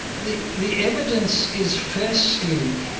the the evidence is, firstly,